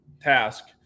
task